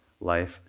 life